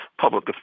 public